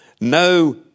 No